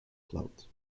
cloud